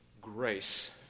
grace